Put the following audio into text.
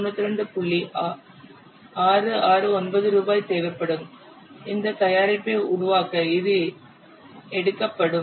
669 ரூபாய் தேவைப்படும் இந்த தயாரிப்பை உருவாக்க இது எடுக்கப்படும்